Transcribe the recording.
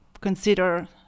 consider